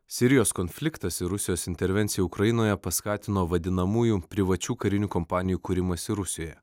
sirijos konfliktas ir rusijos intervencija ukrainoje paskatino vadinamųjų privačių karinių kompanijų kūrimąsi rusijoje